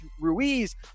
Ruiz